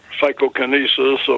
psychokinesis